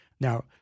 Now